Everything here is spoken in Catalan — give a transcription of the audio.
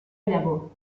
llavor